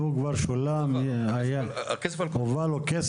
זאת אומרת, אפשר לכפות על אדם חיי לבוא אליכם?